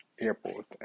airport